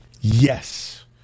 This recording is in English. Yes